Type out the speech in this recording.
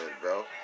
bro